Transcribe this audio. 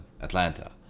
atlanta